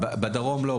לא.